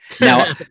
Now